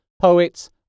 poets